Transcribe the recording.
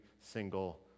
single